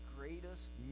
greatest